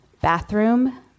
Bathroom